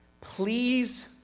please